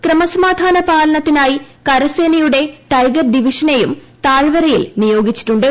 ക്രമസമാധാനപാലനത്തിനായി കരസേനയുടെ ടൈഗർ ഡിവിഷനെയും താഴ്വരയിൽ നിയോഗിച്ചിട്ടു ്